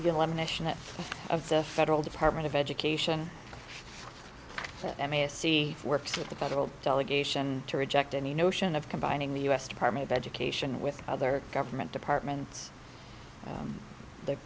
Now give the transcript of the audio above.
elimination of the federal department of education i mean see works at the federal delegation to reject any notion of combining the u s department of education with other government departments the